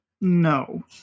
no